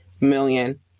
million